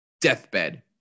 Deathbed